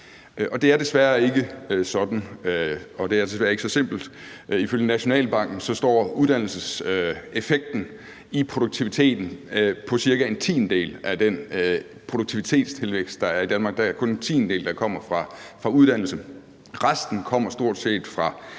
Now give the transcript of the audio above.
det er desværre ikke så simpelt. Ifølge Nationalbanken står uddannelseseffekten i produktiviteten for cirka en tiendedel af den produktivitetstilvækst, der er i Danmark. Der er kun en tiendedel, der kommer fra uddannelse, resten kommer stort set fra